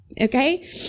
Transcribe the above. okay